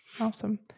Awesome